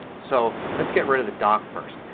so let's get rid of the dock first.